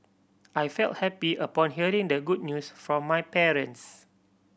I felt happy upon hearing the good news from my parents